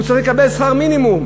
שהוא צריך לפי שכר מינימום.